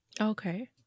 Okay